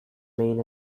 main